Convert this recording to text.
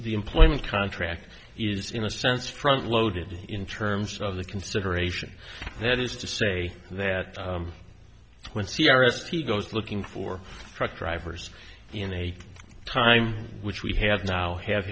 the employment contract is in a sense front loaded in terms of the consideration that is to say that when c r s he goes looking for truck drivers in a time which we have now have